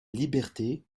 liberté